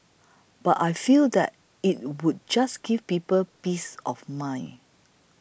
but I feel that it would just give people peace of mind